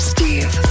Steve